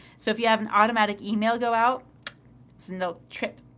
so, if you have an automatic email go out, it's a no trip.